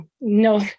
no